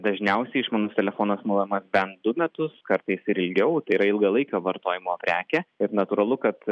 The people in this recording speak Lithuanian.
dažniausiai išmanus telefonas naudojamas bent du metus kartais ir ilgiau tai yra ilgalaikio vartojimo prekė ir natūralu kad